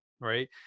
right